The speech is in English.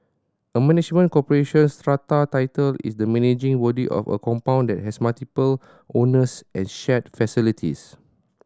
a management corporation strata title is the managing body of a compound that has multiple owners and shared facilities